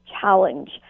challenge